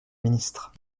ministre